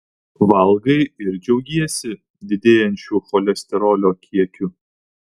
valgai ir džiaugiesi didėjančiu cholesterolio kiekiu